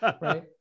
Right